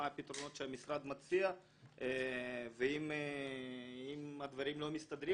מה הפתרונות שהמשרד מציע ואם הדברים לא מסתדרים,